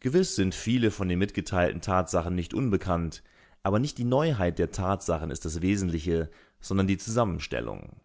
gewiß sind viele von den mitgeteilten tatsachen nicht unbekannt aber nicht die neuheit der tatsachen ist das wesentliche sondern die zusammenstellung